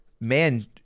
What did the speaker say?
man